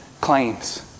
claims